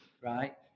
right